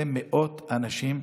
זה מאות אנשים.